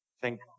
Thank